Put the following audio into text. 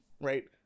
right